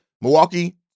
Milwaukee